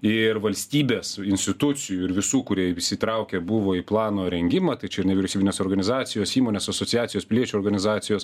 ir valstybės institucijų ir visų kurie įsitraukę buvo į plano rengimą ta čia ir nevyriausybinės organizacijos įmonės asociacijos piliečių organizacijos